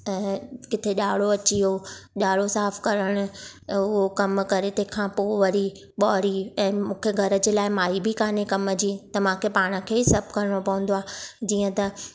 किथे ॼारो अची वियो ॼारो साफु करणु उहो कमु करे तंहिंखां पोइ वरी ॿुहारी ऐं मूंखे घर जे लाइ माई बि कोन्हे कम जी त मूंखे पाण खे ई सभु करिणो पवंदो आहे जीअं त